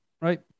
right